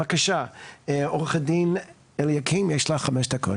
בבקשה עו"ד אליקים, יש לך חמש דקות.